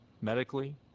medically